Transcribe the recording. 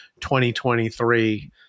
2023